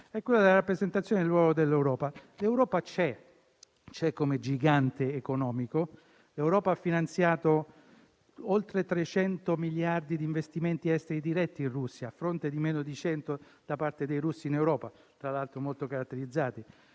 è quello della rappresentazione del ruolo dell'Europa. L'Europa c'è. C'è come gigante economico. L'Europa ha finanziato oltre 300 miliardi di investimenti diretti in Russia, a fronte di meno di 100 miliardi da parte dei russi in Europa, tra l'altro molto caratterizzati.